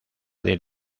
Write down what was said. del